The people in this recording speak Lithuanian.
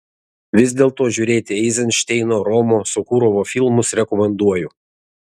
vis dėlto žiūrėti eizenšteino romo sokurovo filmus rekomenduoju